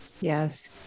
Yes